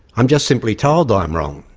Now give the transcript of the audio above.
i'm just simply told ah i'm wrong.